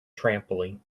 trampoline